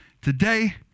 Today